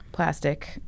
plastic